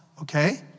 okay